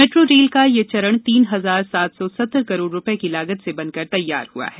metro rail का यह चरण तीन हजार सात सौ सत्तर करोड़ रूपए की लागत से बनकर तैयार हुआ है